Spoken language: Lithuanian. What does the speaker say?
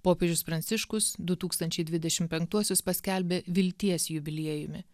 popiežius pranciškus du tūkstančiai dvidešim penktuosius paskelbė vilties jubiliejumi